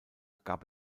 gab